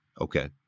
Okay